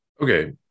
okay